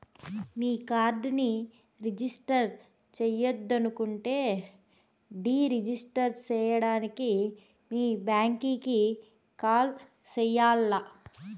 మీ కార్డుని రిజిస్టర్ చెయ్యొద్దనుకుంటే deregister సేయడానికి మీ బ్యాంకీకి కాల్ సెయ్యాల్ల